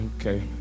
Okay